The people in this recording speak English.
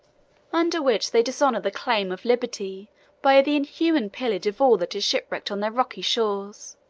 under which they dishonor the claim of liberty by the inhuman pillage of all that is shipwrecked on their rocky shores.